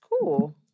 Cool